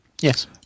Yes